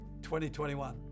2021